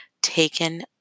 Taken